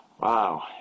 Wow